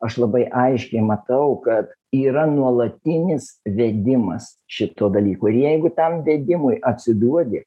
aš labai aiškiai matau kad yra nuolatinis vedimas šituo dalyku ir jeigu tam vedimui atsiduodi